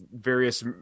various